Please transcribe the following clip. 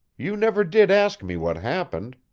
you never did ask me what happened.